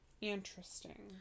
Interesting